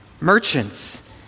Merchants